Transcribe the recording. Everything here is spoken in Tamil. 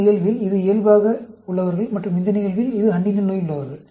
இந்த நிகழ்வில் இது இயல்பாக உள்ளவர்கள் மற்றும் இந்த நிகழ்வில் இது ஹண்டிங்டன் நோய் உள்ளவர்கள்